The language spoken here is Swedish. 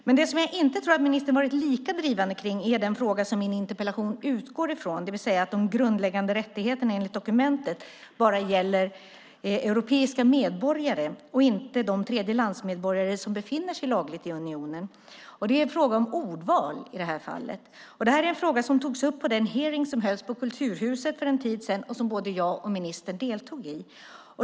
Det jag dock inte tror att ministern har varit lika drivande kring är den fråga min interpellation utgår ifrån, det vill säga att de grundläggande rättigheterna enligt dokumentet bara gäller europeiska medborgare och inte de tredjelandsmedborgare som befinner sig lagligt i unionen. Det är i det här fallet en fråga om ordval. Frågan togs upp på den hearing som hölls på Kulturhuset för en tid sedan och som både jag och ministern deltog i.